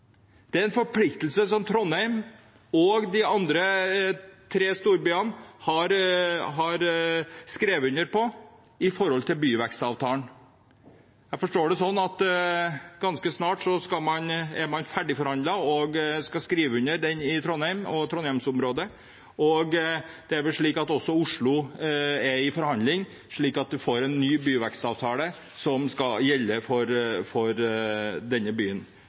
Det er en forpliktelse som Trondheim og de andre tre storbyene har skrevet under på i forbindelse med byvekstavtalen. Jeg forstår det slik at ganske snart har man forhandlet ferdig og skal skrive under avtalen i Trondheim og Trondheims-området. Det er vel slik at også i Oslo er man i forhandling, slik at man får en ny byvekstavtale som skal gjelde for denne byen.